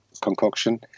concoction